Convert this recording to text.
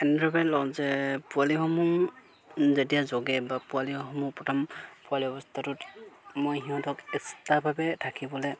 এনে ধৰণৰকৈ লওঁ যে পোৱালিসমূহ যেতিয়া জগে বা পোৱালিসমূহ প্ৰথম পোৱালী অৱস্থাটোত মই সিহঁতক এক্সট্ৰাভাৱে থাকিবলৈ